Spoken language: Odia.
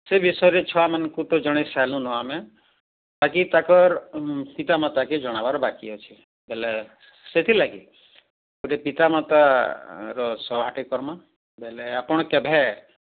ସେ ବିଷୟରେ ଛୁଆମାନଙ୍କୁ ତ ଜଣେଇ ସାରିଲୁନ ଆମେ ବାକି ତାକର ପିତାମାତାକେ ଜଣାଵାର ବାକି ଅଛି ବୋଲେ ସେଥିଲାଗି ଗୋଟେ ପିତାମାତାର ସହାଟି କର୍ମା ବୋଲେ ଆପଣ କେଭେ